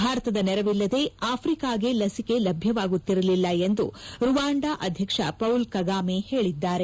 ಭಾರತದ ನೆರವಿಲ್ಲದೇ ಆಫಿಕಾ ಗೆ ಲಸಿಕೆ ಲಭ್ಯವಾಗುತ್ತಿರಲಿಲ್ಲ ಎಂದು ರುವಾಂಡಾ ಅಧ್ಯಕ್ಷ ಪೌಲ್ ಕಗಾಮೆ ಹೇಳಿದ್ದಾರೆ